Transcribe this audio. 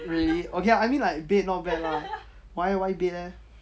really I mean not bad lah why why bed leh